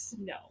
No